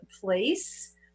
place